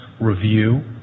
review